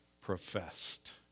professed